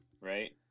Right